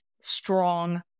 strong